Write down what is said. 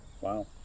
wow